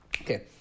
Okay